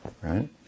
right